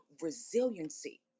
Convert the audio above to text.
resiliency